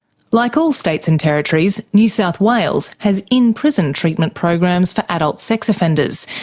like all states and territories, new south wales has in-prison treatment programs for adult sex offenders,